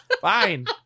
fine